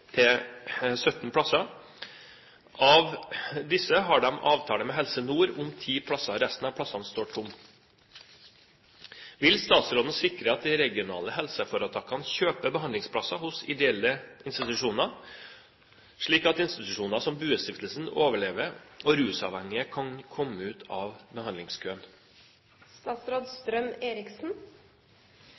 til 17 plasser. Av disse har de avtale med Helse Nord om ti plasser. Resten av plassene står tomme. Vil statsråden sikre at de regionale helseforetakene kjøper behandlingsplasser hos ideelle institusjoner slik at institusjoner som BUE-stiftelsen overlever, og rusavhengige kan komme ut av